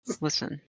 Listen